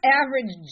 average